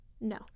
no